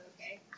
okay